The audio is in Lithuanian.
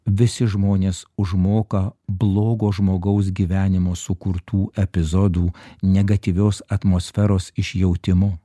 visi žmonės užmoka blogo žmogaus gyvenimo sukurtų epizodų negatyvios atmosferos išjautimu